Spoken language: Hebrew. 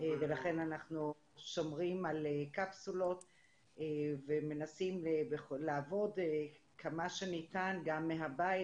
ולכן אנחנו שומרים על קפסולות ומנסים לעבוד כמה שניתן גם מהבית,